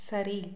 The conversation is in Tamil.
சரி